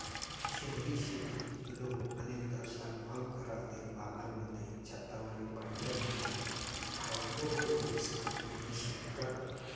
शहरी शेतीत लोक अनेकदा स्वयंपाकघरातील बागांमध्ये, छतावरील भांड्यांमध्ये हायड्रोपोनिक्स आणि उभी शेती करतात